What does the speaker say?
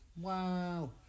Wow